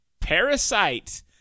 Parasite